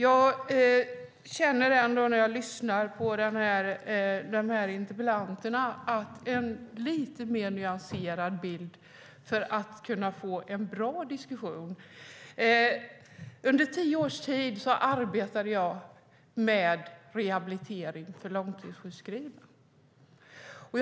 Fru talman! När jag lyssnar på interpellanterna känner jag att det behövs en lite mer nyanserad bild för att kunna få en bra diskussion. Under tio års tid arbetade jag med rehabilitering för långtidssjukskrivna.